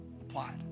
applied